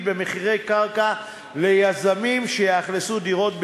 במחירי קרקע ליזמים שיאכלסו דירות במהירות,